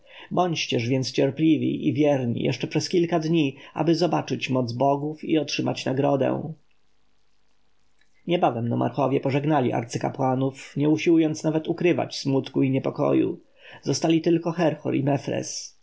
dotrzymaliśmy bądźcież więc cierpliwi i wierni jeszcze przez kilka dni aby zobaczyć moc bogów i otrzymać nagrodę niebawem nomarchowie pożegnali arcykapłanów nie usiłując nawet ukrywać smutku i niepokoju zostali tylko herhor i